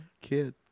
Kid